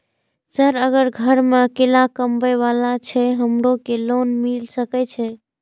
Sir अगर घर में अकेला कमबे वाला छे हमरो के लोन मिल सके छे?